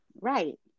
Right